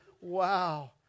Wow